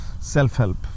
self-help